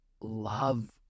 love